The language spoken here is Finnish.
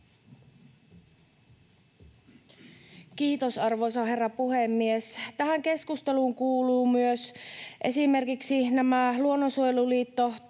Kiitos, arvoisa herra puhemies! Tähän keskusteluun kuuluvat myös esimerkiksi Luonnonsuojeluliitto